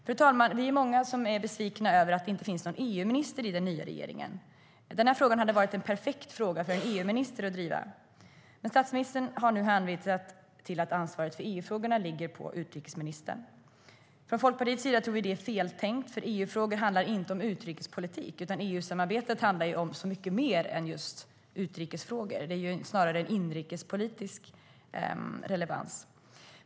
Fru talman! Vi är många som är besvikna över att det inte finns någon EU-minister i den nya regeringen. Den här frågan hade varit en perfekt fråga för en EU-minister att driva. Men statsministern har nu hänvisat till att ansvaret för EU-frågorna ligger på utrikesministern. Från Folkpartiets sida tror vi att det är feltänkt eftersom EU-frågor inte handlar bara om utrikespolitik. EU-samarbetet handlar om så mycket mer än just utrikesfrågor. Det har snarare inrikespolitisk relevans.